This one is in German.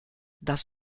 das